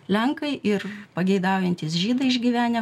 lenkai ir pageidaujantys žydai išgyvenę